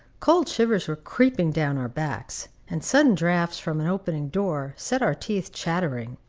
cold shivers were creeping down our backs, and sudden draughts from an opening door set our teeth chattering.